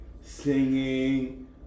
singing